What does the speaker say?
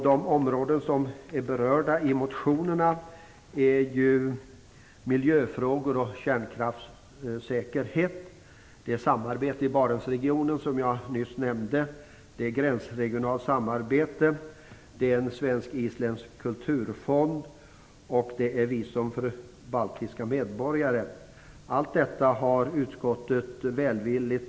De områden som är berörda i motionerna är ju miljön, kärnkraftssäkerhet, det samarbete i Barentsregionen som jag nyss nämnde, gränsregionalt samarbete, en svensk-isländsk kulturfond och visum för baltiska medborgare. Alla dessa frågor har utskottet behandlat välvilligt.